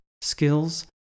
skills